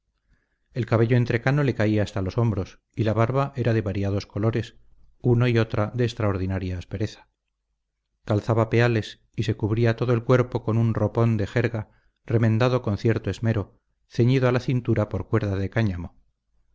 el cabello entrecano le caía hasta los hombros y la barba era de variados colores uno y otra de extraordinaria aspereza calzaba peales y se cubría todo el cuerpo con un ropón de jerga remendado con cierto esmero ceñido a la cintura por cuerda de cáñamo